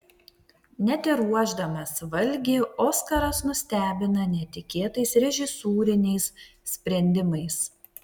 net ir ruošdamas valgį oskaras nustebina netikėtais režisūriniais sprendimais